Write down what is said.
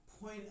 point